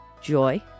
joy